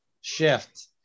shift